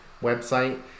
website